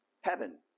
heaven